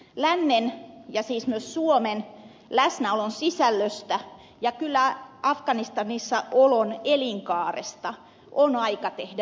lännen ja siis myös suomen läsnäolon sisällöstä ja kyllä afganistanissa olon elinkaaresta on aika tehdä inventaario